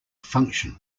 function